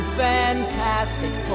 fantastic